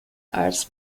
als